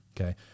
okay